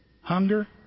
hunger